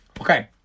okay